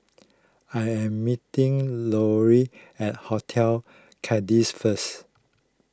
I am meeting Lory at Hotel first